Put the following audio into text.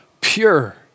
pure